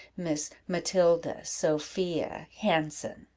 miss matilda sophia hanson?